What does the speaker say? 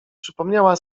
przypomniała